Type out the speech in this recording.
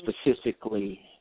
specifically